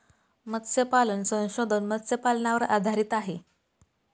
मत्स्यपालन संशोधन मत्स्यपालनावर आधारित आहे